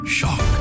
Shock